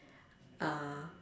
uh